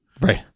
Right